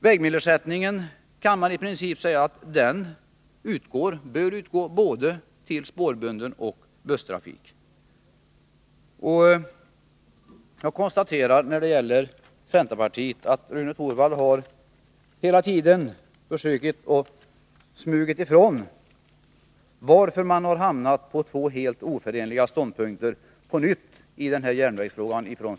Och man kan i princip säga att vägmilsersättningen bör utgå både till spårbunden trafik och till busstrafik på banor utanför riksnätet. Jag konstaterar att Rune Torwald hela tiden har försökt smyga ifrån min fråga varför centerpartiet på nytt har hamnat på två helt oförenliga ståndpunkter i järnvägsfrågan.